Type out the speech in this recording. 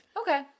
Okay